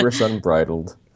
unbridled